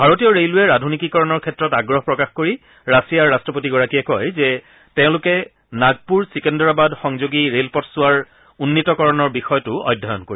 ভাৰতীয় ৰে'লৱেৰ আধুনিকীকৰণৰ ক্ষেত্ৰত আগ্ৰহ প্ৰকাশ কৰি ৰাছিয়াৰ ৰাষ্ট্ৰপতিগৰাকীয়ে কয় যে তেওঁলোকে নাগপুৰ চিকন্দৰাবাদ সংযোগী ৰেলপথছোৱাৰ উন্নীতকৰণৰ বিষয়টোৰ অধ্যয়ন কৰিব